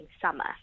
summer